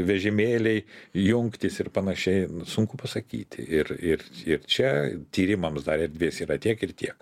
vežimėliai jungtys ir panašiai sunku pasakyti ir ir ir čia tyrimams dar erdvės yra tiek ir tiek